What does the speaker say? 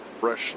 fresh